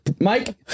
Mike